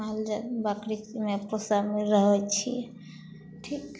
माल जाल बकरी पोसऽ मे रहै छियै ठीक